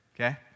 okay